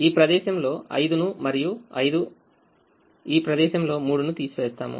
ఈ ప్రదేశంలో 5ను మరియు ఈ ప్రదేశంలో 3నుతీసి వేస్తాము